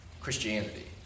Christianity